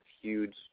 huge